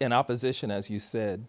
in opposition as you said